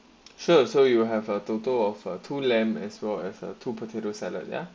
sure so you have a total of two lamb as well as a two potato salad ya